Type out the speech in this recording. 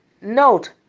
note